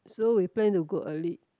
so we plan to go early